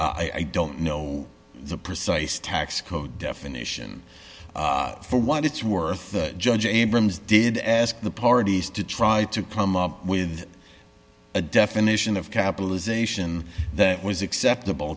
i don't know the precise tax code definition for what it's worth the judge abrams did ask the parties to try to come up with a definition of capitalization that was acceptable